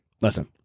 listen